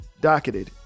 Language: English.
docketed